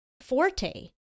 forte